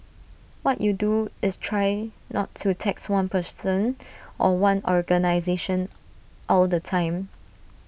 what you do is try not to tax one person or one organisation all the time